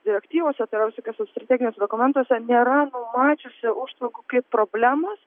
direktyvose tai yra visokiuose strateginiuose dokumentuose nėra numačiusi užtvankų kaip problemos